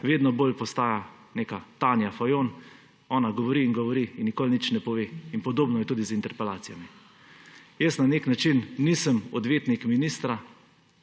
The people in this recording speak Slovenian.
Vedno bolj postaja neka Tanja Fajon. Ona govori in govori in nikoli nič ne pove. In podobno je tudi z interpelacijami. Jaz na nek način nisem odvetnik ministra,